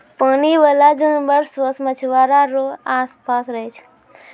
पानी बाला जानवर सोस मछुआरा रो आस पास रहै छै